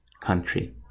country